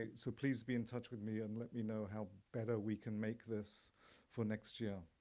ah so please be in touch with me and let me know how better we can make this for next year.